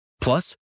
Plus